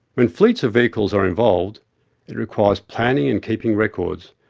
when fleets of vehicles are involved it requires planning and keeping records,